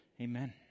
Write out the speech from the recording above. amen